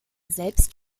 selbst